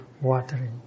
watering